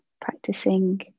practicing